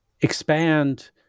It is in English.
expand